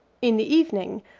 in the evening,